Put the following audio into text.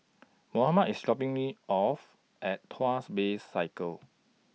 Mohammad IS dropping Me off At Tuas Bay Circle